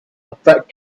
applied